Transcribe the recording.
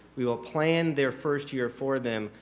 we will plan their first year for them,